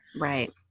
Right